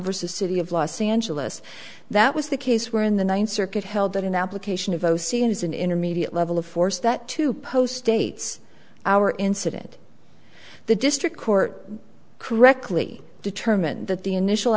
vs city of los angeles that was the case where in the ninth circuit held that in the application of o c as an intermediate level of force that to post states our incident the district court correctly determined that the initial